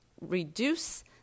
reduce